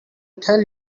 tell